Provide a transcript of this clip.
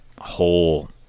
whole